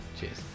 cheers